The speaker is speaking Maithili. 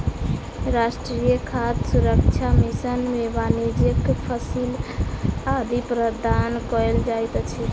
राष्ट्रीय खाद्य सुरक्षा मिशन में वाणिज्यक फसिल आदि प्रदान कयल जाइत अछि